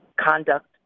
conduct